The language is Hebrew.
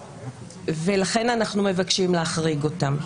ולכן אנחנו מבקשים להחריג אותם.